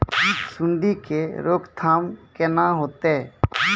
सुंडी के रोकथाम केना होतै?